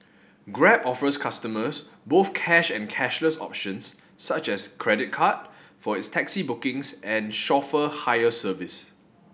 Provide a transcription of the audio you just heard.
grab offers customers both cash and cashless options such as credit card for its taxi bookings and chauffeur hire service